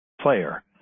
player